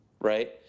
right